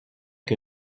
que